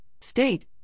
state